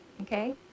Okay